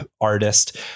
artist